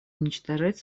уничтожать